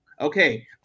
Okay